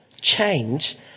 change